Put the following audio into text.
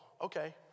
okay